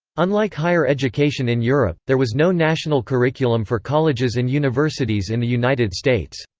unlike higher education in europe, there was no national curriculum for colleges and universities in the united states.